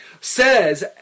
says